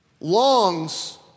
longs